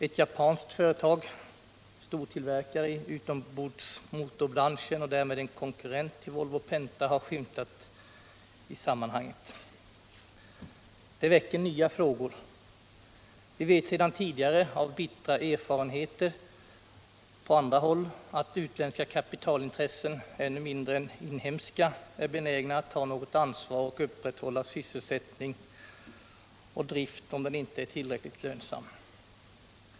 Ett japanskt företag, stortillverkare i utombordsmotorbranschen och därmed en konkurrent till Volvo-Penta, har skymtat i sammanhanget. Det väcker nya frågor. Vi vet sedan tidigare, av bittra erfarenheter på andra håll, att utländska kapitalintressen ännu mindre in inhemska är benägna att ta något ansvar och upprätthålla sysselsättning och drift om den inte är tillräckligt lönsam.